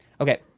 okay